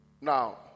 Now